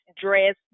dress